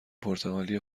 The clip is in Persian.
پرتغالی